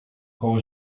koło